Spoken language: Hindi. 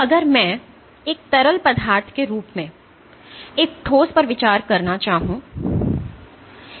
अगर मैं एक तरल पदार्थ के रूप में एक ठोस पर विचार करना चाहूंगा